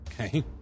Okay